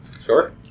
Sure